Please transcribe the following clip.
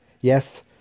Yes